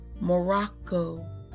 Morocco